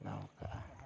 ᱥᱮᱬᱟ ᱟᱠᱟᱫᱼᱟ